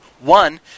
One